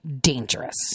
dangerous